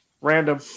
Random